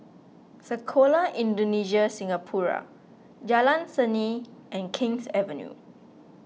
Sekolah Indonesia Singapura Jalan Seni and King's Avenue